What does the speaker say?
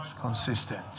Consistent